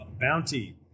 bounty